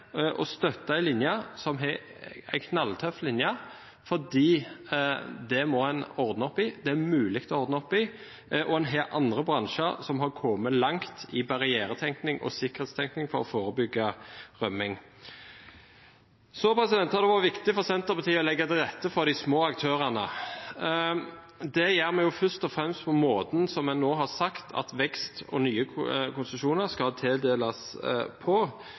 å støtte en linje, en knalltøff linje, for det må en ordne opp i, det er det mulig å ordne opp i, og en har andre bransjer som har kommet langt i barrieretenkning og sikkerhetstenkning for å forebygge rømming. Så har det vært viktig for Senterpartiet å legge til rette for de små aktørene. Det gjør vi først og fremst på måten som vi har sagt at vekst og nye konsesjoner skal tildeles på.